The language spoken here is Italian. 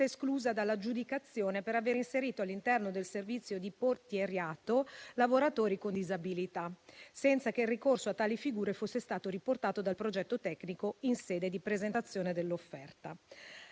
esclusa dall'aggiudicazione per aver inserito all'interno del servizio di portierato lavoratori con disabilità, senza che il ricorso a tali figure fosse stato riportato dal progetto tecnico in sede di presentazione dell'offerta.